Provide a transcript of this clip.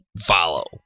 follow